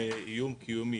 האיום של המפעל הוא קיומי.